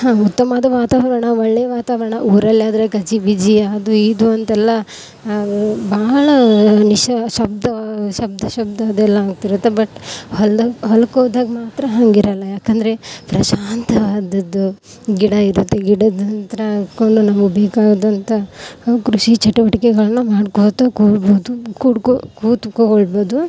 ಹಾಂ ಉತ್ತಮವಾದ ವಾತಾವರಣ ಒಳ್ಳೆಯ ವಾತಾವರಣ ಊರಲ್ಲಾದರೆ ಗಜಿ ಬಿಜಿ ಅದು ಇದು ಅಂತೆಲ್ಲ ಬಹಳ ನಿಶ ಶಬ್ದ ಶಬ್ದ ಶಬ್ದ ಅದೆಲ್ಲ ಆಗ್ತಿರುತ್ತೆ ಬಟ್ ಹೊಲ್ದಾಗ ಹೊಲಕ್ಕೋದಾಗ ಮಾತ್ರ ಹಾಗಿರಲ್ಲ ಯಾಕಂದರೆ ಪ್ರಶಾಂತವಾದದ್ದು ಗಿಡ ಇರುತ್ತೆ ಗಿಡದ ಹತ್ರ ನಿತ್ಕೊಂಡು ನಮ್ಗೆ ಬೇಕಾದಂಥ ಕೃಷಿ ಚಟುವಟಿಕೆಗಳನ್ನು ಮಾಡ್ಕೋತ ಕೂರ್ಬೋದು ಕೂಡ್ಕೊ ಕೂತ್ಕೊಳ್ಬೋದು